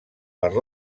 per